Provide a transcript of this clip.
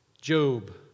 Job